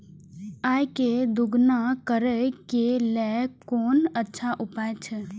आय के दोगुणा करे के लेल कोन अच्छा उपाय अछि?